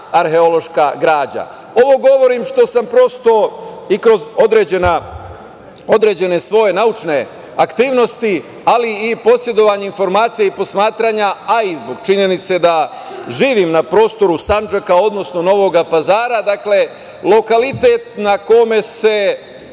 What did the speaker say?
arheološka građa. Ovo govorim, što sam prosto i kroz određene svoje naučne aktivnosti, ali i posedovanja informacija i posmatranja, a i činjenice da živim na prostoru Sandžaka, odnosno Novog Pazara, dakle, lokalitet na kome se